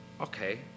okay